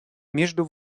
между